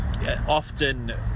Often